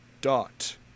dot